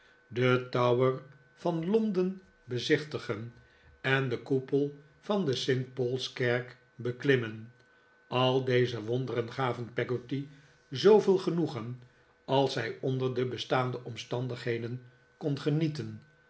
den tower van londen bezichtigen en den koepel van de st paulskerk beklimmen al deze wonderen gaven peggotty zooveel genoegen als zij onder de bestaande omstandigheden kon genieten